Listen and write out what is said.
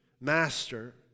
master